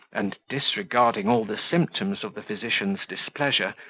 and disregarding all the symptoms of the physician's displeasure,